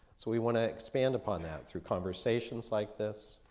so we wanna expand upon that through conversations like this.